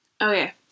Okay